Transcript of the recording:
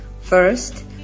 First